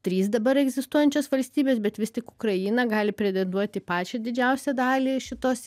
trys dabar egzistuojančios valstybės bet vis tik ukraina gali pretenduoti į pačią didžiausią dalį šitos